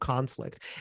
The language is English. conflict